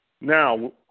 Now